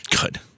Good